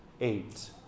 eight